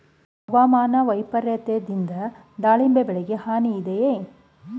ಹವಾಮಾನ ವೈಪರಿತ್ಯದಿಂದ ದಾಳಿಂಬೆ ಬೆಳೆಗೆ ಹಾನಿ ಇದೆಯೇ?